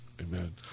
Amen